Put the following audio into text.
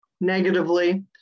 negatively